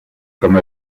comme